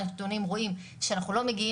הולכים